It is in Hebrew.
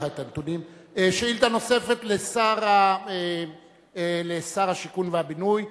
שאילתא נוספת לשר השיכון והבינוי,